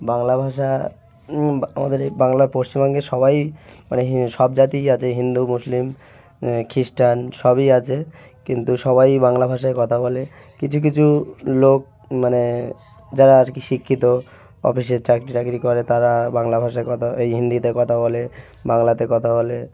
বাংলা ভাষা আমাদের এই বাংলা পশ্চিমবঙ্গের সবাই মানে হে সব জাতিই আছে হিন্দু মুসলিম খিস্টান সবই আছে কিন্তু সবাই বাংলা ভাষায় কথা বলে কিছু কিছু লোক মানে যারা আর কি শিক্ষিত অফিসে চাকরি টাকরি করে তারা বাংলা ভাষায় কথা এই হিন্দিতে কথা বলে বাংলাতে কথা বলে